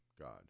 God